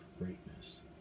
greatness